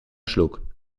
schluck